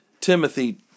Timothy